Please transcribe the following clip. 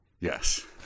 Yes